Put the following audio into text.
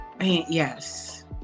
Yes